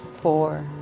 four